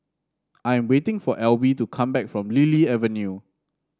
I'm waiting for Alby to come back from Lily Avenue